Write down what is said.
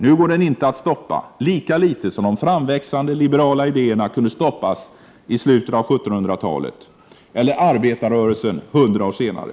Nu går den inte att stoppa, lika litet som de framväxande liberala idéerna kunde stoppas i slutet av 1700-talet eller arbetarrörelsen hundra år senare.